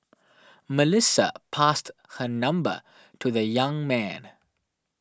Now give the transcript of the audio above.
Melissa passed her number to the young man